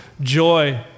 joy